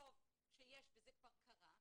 וטוב שיש, וזה כבר קרה,